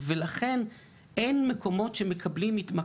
ולכן אני לא רוצה להתייחס